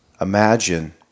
Imagine